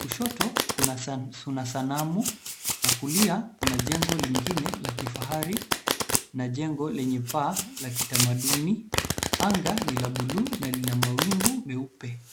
Kushoto kuna sanamu na kulia kuna jengo lingine la kifahari na jengo lenye paa la kitamaduni ,anga ni la buluu na lina mawingu meupe.